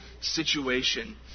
situation